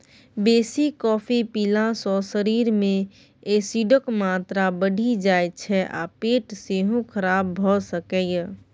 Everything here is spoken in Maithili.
बेसी कॉफी पीला सँ शरीर मे एसिडक मात्रा बढ़ि जाइ छै आ पेट सेहो खराब भ सकैए